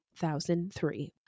2003